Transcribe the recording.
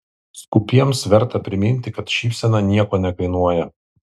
skūpiems verta priminti kad šypsena nieko nekainuoja